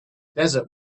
desert